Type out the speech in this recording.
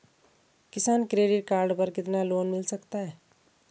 किसान credit card पर कितना लोंन मिल सकता है?